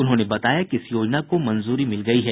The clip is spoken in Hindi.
उन्होंने बताया कि इस योजना को मंजूरी मिल गयी है